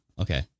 okay